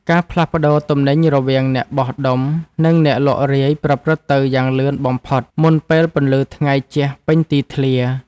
ការផ្លាស់ប្តូរទំនិញរវាងអ្នកបោះដុំ និងអ្នកលក់រាយប្រព្រឹត្តទៅយ៉ាងលឿនបំផុតមុនពេលពន្លឺថ្ងៃជះពេញទីធ្លា។